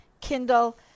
Kindle